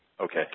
okay